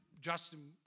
Justin